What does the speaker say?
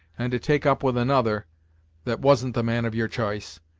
and to take up with another that wasn't the man of your ch'ice,